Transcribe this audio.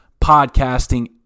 podcasting